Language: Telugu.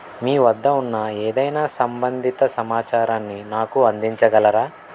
మీ వద్ద ఉన్న ఏదైనా సంబంధిత సమాచారాన్ని నాకు అందించగలరా